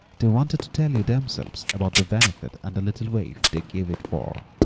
they wanted to tell you themselves about the benefit and the little waif they gave it for.